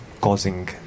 causing